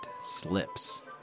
slips